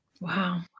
Wow